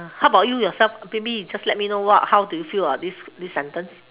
uh how about you yourself maybe you just let me know what how do you feel about this this sentence